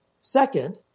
Second